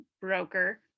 broker